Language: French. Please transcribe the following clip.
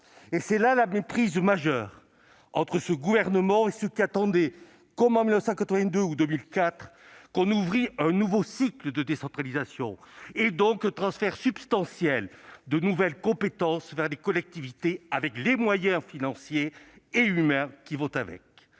» C'est là le malentendu majeur entre ce gouvernement et ceux qui attendaient, comme en 1982 ou 2004, qu'on ouvrît un nouveau cycle de décentralisation grâce à un transfert substantiel de nouvelles compétences vers les collectivités, accompagné des moyens financiers et humains correspondants.